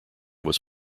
was